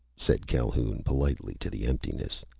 said calhoun politely to the emptiness.